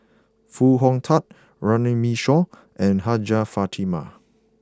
Foo Hong Tatt Runme Shaw and Hajjah Fatimah